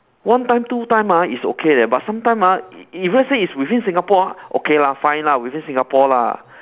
one time two time ah it's okay leh but sometimes ah if let's say it's within singapore okay lah fine lah within singapore lah